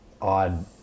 odd